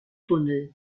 tunnel